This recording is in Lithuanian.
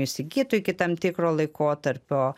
įsigytų iki tam tikro laikotarpio